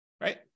right